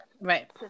right